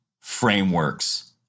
frameworks